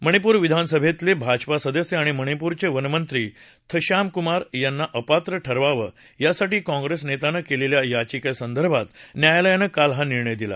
मणिपूर विधानसभेतले भाजपा सदस्य आणि मणिपूरचे वनमंत्री थ श्यामकुमार यांना अपात्र ठरवावं यासाठी कौंप्रेस नेत्यांनं केलेल्या याचिकेसंदर्भात न्यायालयानं काल हा निर्णय दिला